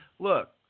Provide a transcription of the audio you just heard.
Look